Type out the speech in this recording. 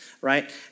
right